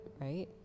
right